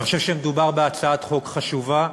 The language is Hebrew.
אני חושב שמדובר בהצעת חוק חשובה.